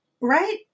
Right